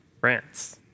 france